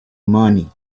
money